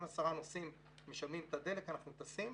אם עשרה נוסעים משלמים את הדלק, אנחנו טסים.